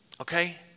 okay